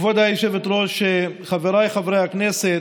כבוד היושבת-ראש, חבריי חברי הכנסת,